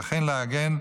וכן לעגן הגנות